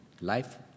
Life